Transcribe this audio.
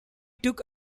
took